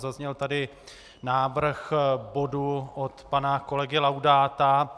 Zazněl tady návrh bodu od pana kolegy Laudáta.